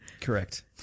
Correct